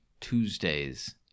Tuesdays